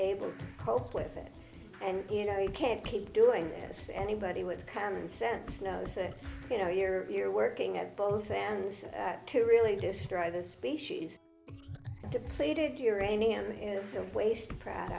able to cope with it and you know you can't keep doing this anybody with common sense knows that you know you're you're working at both hands to really destroy the species depleted uranium is a waste pr